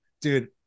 dude